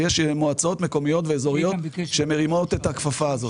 ויש מועצות מקומיות ואזוריות שמרימות את הכפפה הזאת.